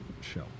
show